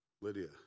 Lydia